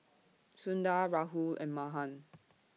Sundar Rahul and Mahan